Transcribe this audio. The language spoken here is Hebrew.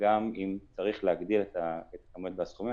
גם אם צריך להגדיר את הכמויות והסכומים.